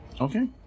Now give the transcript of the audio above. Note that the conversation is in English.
Okay